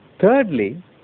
thirdly